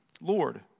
Lord